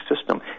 system